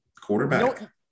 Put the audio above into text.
Quarterback